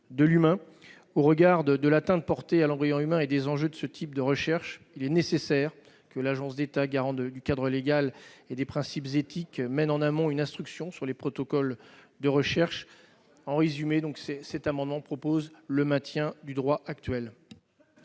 de l'humain. Au regard de l'atteinte portée à l'embryon humain et des enjeux de ce type de recherche, il est nécessaire que l'Agence de la biomédecine, garante du cadre légal et des principes éthiques, mène en amont une instruction sur les protocoles de recherche. En somme, nous proposons au travers de cet